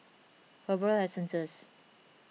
Herbal Essences